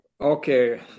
Okay